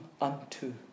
unto